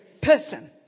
person